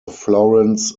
florence